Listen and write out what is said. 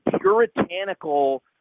puritanical